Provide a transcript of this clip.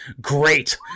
Great